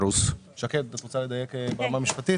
שקד, את רוצה לדייק ברמה המשפטית?